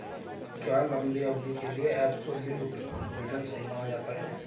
क्या लंबी अवधि के लिए एबसोल्यूट रिटर्न सही माना जाता है?